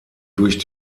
durch